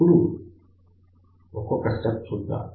ఇప్పుడు ఒక్కొక్క స్టెప్ చూద్దాం